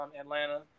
Atlanta